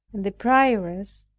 and the prioress,